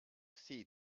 seat